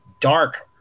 dark